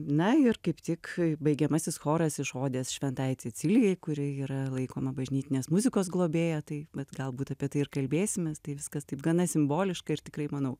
na ir kaip tik baigiamasis choras iš odės šventajai cecilijai kuri yra laikoma bažnytinės muzikos globėja tai vat galbūt apie tai ir kalbėsimės tai viskas taip gana simboliška ir tikrai manau